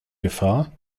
gefahr